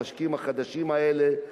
המשקאות החדשים האלה,